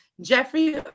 jeffrey